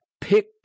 pick